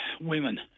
women